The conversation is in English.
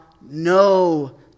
no